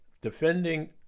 defending